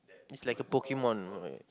it's like a Pokemon